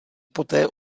poté